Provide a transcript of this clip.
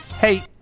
Hey